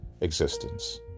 existence